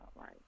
right